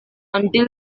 until